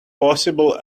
possible